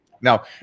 Now